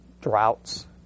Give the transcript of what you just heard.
droughts